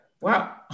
Wow